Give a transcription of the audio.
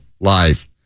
live